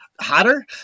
hotter